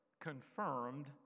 confirmed